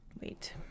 wait